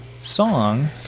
Song